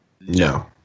No